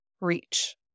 reach